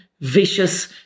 vicious